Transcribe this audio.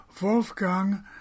Wolfgang